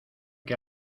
que